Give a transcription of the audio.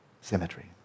Symmetry